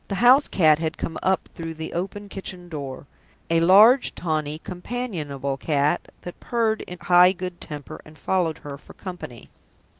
the house-cat had come up through the open kitchen door a large, tawny, companionable cat that purred in high good temper, and followed her for company.